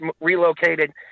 relocated